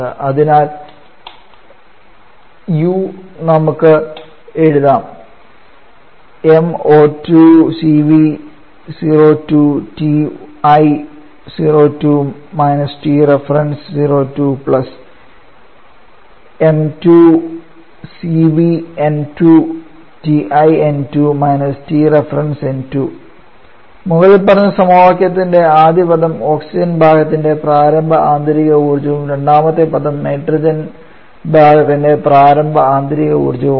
അതിനാൽ U നമുക്ക് എഴുതാം മുകളിൽ പറഞ്ഞ സമവാക്യത്തിന്റെ ആദ്യ പദം ഓക്സിജൻ ഭാഗത്തിന്റെ പ്രാരംഭ ആന്തരിക ഊർജ്ജവും രണ്ടാമത്തെ പദം നൈട്രജൻ ഭാഗത്തിന്റെ പ്രാരംഭ ആന്തരിക ഊർജ്ജവുമാണ്